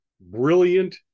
brilliant